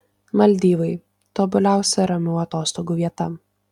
maldyvai tobuliausia ramių atostogų vieta